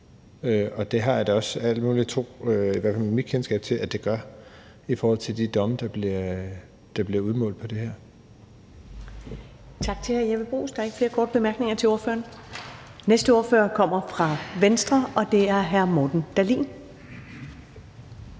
og det har jeg da også al mulig tiltro, i hvert fald med mit kendskab, til at det gør i forhold til de domme, der bliver udmålt på det her.